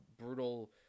brutal